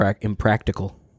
impractical